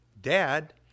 Dad